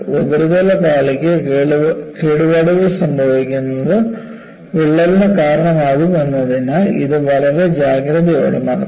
ഉപരിതല പാളിക്ക് കേടുപാടുകൾ സംഭവിക്കുന്നത് വിള്ളലിന് കാരണമാകുമെന്നതിനാൽ ഇത് വളരെ ജാഗ്രതയോടെ നടത്തണം